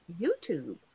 YouTube